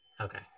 Okay